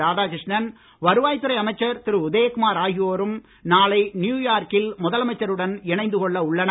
ராதாகிருஷ்ணன் வருவாய்த் துறை அமைச்சர் திரு உடுமலை உதயகுமார் ஆகியோரும் நாளை நியூயார்க்கில் முதலமைச்சருடன் இணைந்து கொள்ள உள்ளனர்